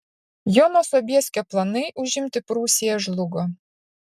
jono sobieskio planai užimti prūsiją žlugo